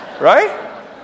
Right